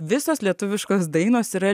visos lietuviškos dainos yra